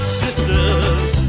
sisters